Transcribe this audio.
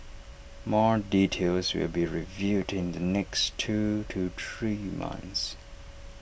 more details will be revealed in the next two to three months